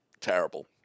terrible